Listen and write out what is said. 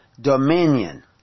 dominion